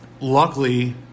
luckily